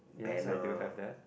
yes I do have that